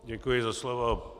Děkuji za slovo.